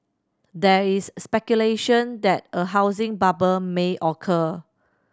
there is speculation that a housing bubble may occur